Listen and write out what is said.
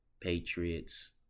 Patriots